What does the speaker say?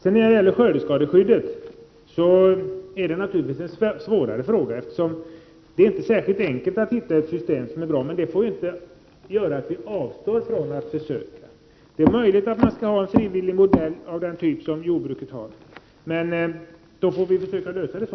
Frågan om skördeskadeskyddet är naturligtvis svårare. Det är inte särskilt lätt att hitta ett bra system. Det får emellertid inte göra att vi avstår från att försöka. Det är möjligt att man kan ha en frivillig modell av den typ som jordbruket har. Det kan vara en lösning.